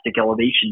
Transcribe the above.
elevation